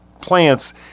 plants